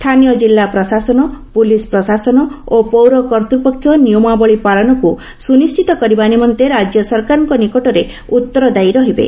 ସ୍ଥାନୀୟ ଜିଲା ପ୍ରଶାସନ ପୋଲିସ ପ୍ରଶାସନ ଓ ପୌର କର୍ତ୍ତୃପକ୍ଷ ନିୟମାବଳୀ ପାଳନକୁ ସୁନିଶ୍ଚିତ କରିବା ନିମନ୍ତେ ରାଜ୍ୟସରକାରଙ୍କ ନିକଟରେ ଉତ୍ତରଦାୟୀ ରହିବେ